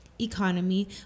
economy